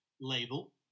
label